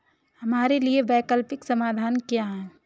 हमारे लिए वैकल्पिक समाधान क्या है?